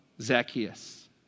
Zacchaeus